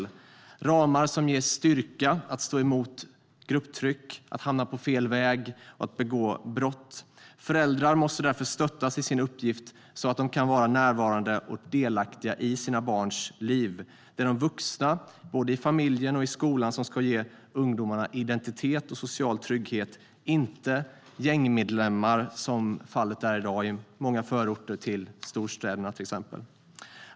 Det är ramar som ger styrka att stå emot grupptryck och inte hamna på fel väg och begå brott. Föräldrar måste därför stöttas i sin uppgift så att de kan vara närvarande och delaktiga i sina barns liv. Det är de vuxna, både i familjen och i skolan, som ska ge ungdomarna identitet och social trygghet, inte gängmedlemmarna, vilket är fallet i dag, till exempel i många förorter till storstäderna.